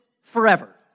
forever